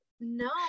No